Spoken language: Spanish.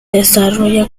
desarrolla